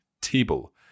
table